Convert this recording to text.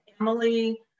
Emily